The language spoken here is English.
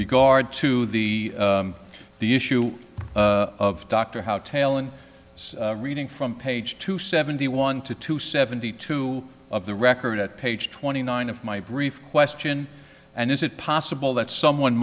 regard to the the issue of dr how taylan reading from page two seventy one to two seventy two of the record at page twenty nine of my brief question and is it possible that someone